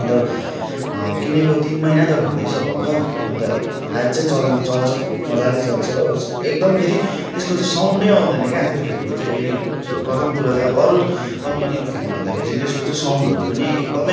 अन्त किनेको तिन महिना त हुँदैछ भर्खर अन्त अझ चल चल्छ मजाले चल्छ हो एकदम फेरि त्यसको चाहिँ साउन्डै आउँदैन क्या त्यो फ्यानको चाहिँ फेरि प्रथम कुरा चाहिँ अब अरू कम्पनीको फ्यान भन्दाखेरि चाहिँ त्यसको चाहिँ साउन्डहरू पनि एकदम